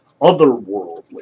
otherworldly